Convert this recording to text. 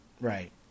Right